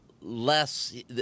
less